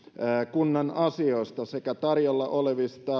kunnan asioista sekä tarjolla olevista